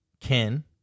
Ken